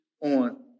on